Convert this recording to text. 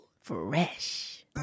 Fresh